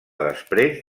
després